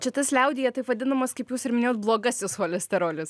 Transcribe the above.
čia tas liaudyje taip vadinamas kaip jūs ir minėjot blogasis cholesterolis